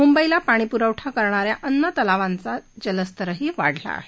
मुंबईला पाणीपुरवढा करणाऱ्या अन्य तलावांचाही जलस्तर वाढला आहे